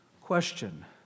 question